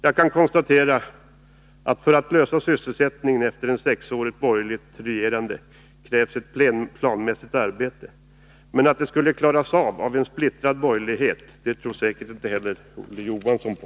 Jag kan konstatera att för att lösa sysselsättningsproblematiken efter ett sexårigt borgerligt regerande krävs ett planmässigt arbete. Att det skulle klaras av en splittrad borgerlighet tror säkert inte heller Olof Johansson på.